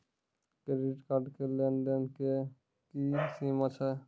Credit card के लेन देन के की सीमा छै?